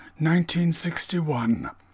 1961